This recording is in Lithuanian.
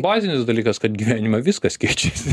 bazinis dalykas kad gyvenime viskas keičiasi